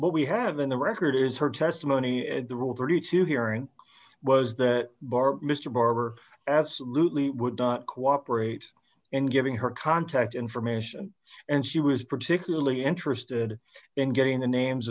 what we have in the record is her testimony and the rule thirty two hearing was that bar mr barber absolutely would not cooperate in giving her contact information and she was particularly interested in getting the names